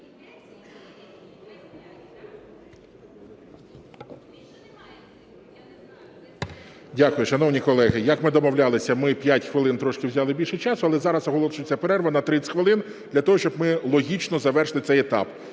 Дякую. Шановні колеги, як ми домовлялися, ми 5 хвилин, трошки взяли більше часу, але зараз оголошується перерва на 30 хвилин для того, щоб ми логічно завершили цей етап.